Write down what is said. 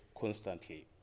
constantly